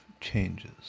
changes